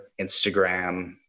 Instagram